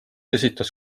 esitas